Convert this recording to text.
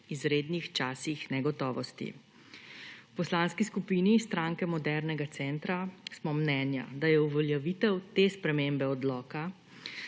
izrednih časih negotovosti. V Poslanski skupini Stranke modernega centra smo mnenja, da je uveljavitev te spremembe odloka